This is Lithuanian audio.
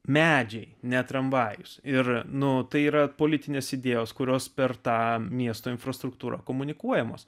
medžiai ne tramvajus ir nu tai yra politinės idėjos kurios per tą miesto infrastruktūra komunikuojamos